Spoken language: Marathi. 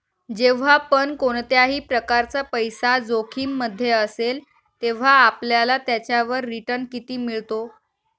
जेव्हा पण कोणत्याही प्रकारचा पैसा जोखिम मध्ये असेल, तेव्हा आपल्याला त्याच्यावर रिटन किती मिळतो?